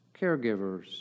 caregivers